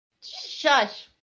shush